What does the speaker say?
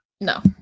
No